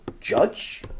judge